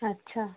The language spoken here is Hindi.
अच्छा